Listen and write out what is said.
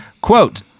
Quote